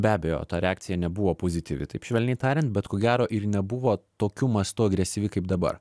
be abejo ta reakcija nebuvo pozityvi taip švelniai tariant bet ko gero ir nebuvo tokiu mastu agresyvi kaip dabar